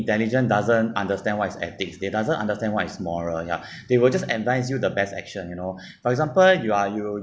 intelligent doesn't understand what is ethics they doesn't understand what is moral ya they will just advise you the best action you know for example you are you